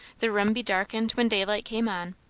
the room be darkened when daylight came on,